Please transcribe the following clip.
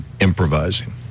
improvising